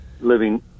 living